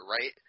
right